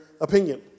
opinion